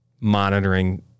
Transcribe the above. monitoring